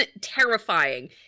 terrifying